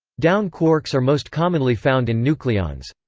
down quarks are most commonly found in nucleons.